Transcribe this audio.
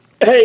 Hey